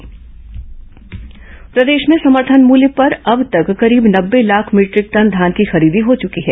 धान खरीदी प्रदेश में समर्थन मूल्य पर अब तक कशीब नब्बे लाख मीटरिक टन धान की खरीदी हो चुकी है